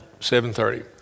7.30